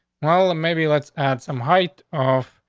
well, and maybe let's add some height off.